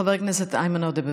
חבר הכנסת איימן עודה,